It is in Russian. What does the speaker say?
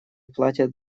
платят